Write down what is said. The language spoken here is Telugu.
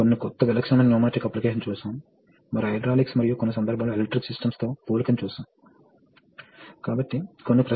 సమానంగా లేకపోతే వేగం ఏది నిర్ణయిస్తుందో విశ్లేషించండి